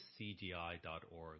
cgi.org